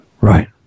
Right